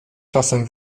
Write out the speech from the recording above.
czasem